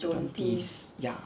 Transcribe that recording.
jonty ya